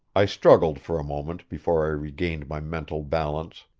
i struggled for a moment before i regained my mental balance.